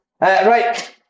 Right